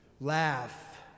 laugh